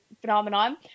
phenomenon